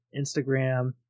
Instagram